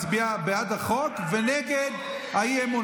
מצביע בעד החוק ונגד האי-אמון.